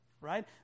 Right